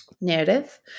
narrative